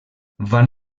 van